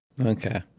Okay